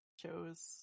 shows